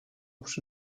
przy